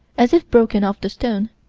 as if broken off the stone,